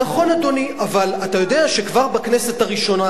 נכון, אדוני, אבל אתה יודע שכבר בכנסת הראשונה,